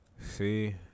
see